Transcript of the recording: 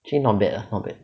actually not bad ah not bad